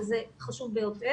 זה חשוב ביותר.